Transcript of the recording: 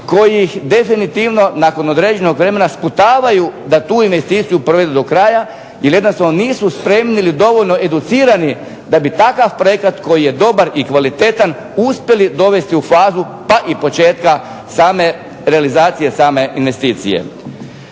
kojih definitivno nakon određenog vremena sputavaju da tu investiciju provedu do kraja jer jednostavno nisu spremni ili dovoljno educirani da bi takav projekat koji je dobar i kvalitetan uspjeli dovesti u fazu pa i početka same realizacije same investicije.